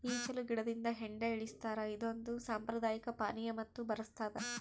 ಈಚಲು ಗಿಡದಿಂದ ಹೆಂಡ ಇಳಿಸ್ತಾರ ಇದೊಂದು ಸಾಂಪ್ರದಾಯಿಕ ಪಾನೀಯ ಮತ್ತು ಬರಸ್ತಾದ